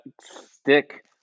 stick